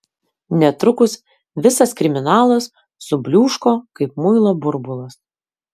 netrukus visas kriminalas subliūško kaip muilo burbulas